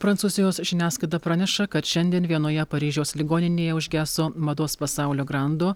prancūzijos žiniasklaida praneša kad šiandien vienoje paryžiaus ligoninėje užgeso mados pasaulio grando